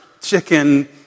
chicken